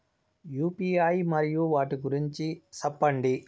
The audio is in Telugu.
యు.పి.ఐ మరియు వాటి గురించి సెప్పండి?